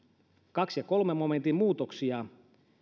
kaksi ja kolme momentin muutoksia